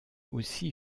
aussi